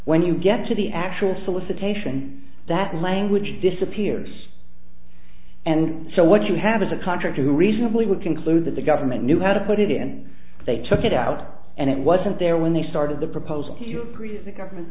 when you get to the actual solicitation that language disappearance and so what you have is a contractor who reasonably would conclude that the government knew how to put it in and they took it out and it wasn't there when they started the proposal to appreciate the government